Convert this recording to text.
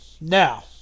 now